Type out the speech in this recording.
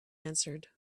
answered